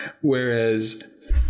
whereas